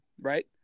right